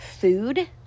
food